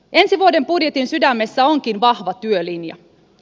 ensi vuoden budjetin sydämessä onkin vahva työlinja